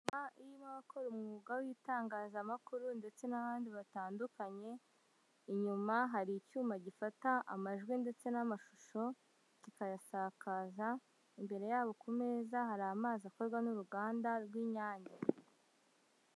Niba abakora umwuga w'itangazamakuru ndetse n'ahandi batandukanye inyuma hari icyuma gifata amajwi ndetse n'amashusho kikayashakakaza imbere yabo ku meza hari amazi akorwa n'uruganda rw'inyange.